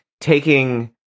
taking